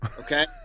okay